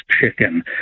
chicken